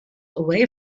away